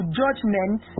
judgment